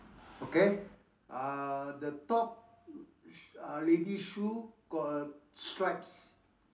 okay uh the top uh lady shoe got a stripes